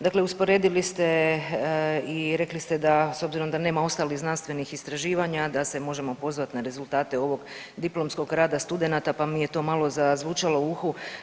Dakle, usporedili ste i rekli ste da s obzirom da nema ostalih znanstvenih istraživanja, da se možemo pozvati na rezultate ovog diplomskog rada studenata, pa mi je to malo zazvučalo u uhu.